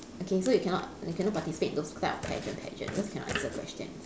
okay so you cannot cannot participate in those type of pageant pageant cause you cannot answer questions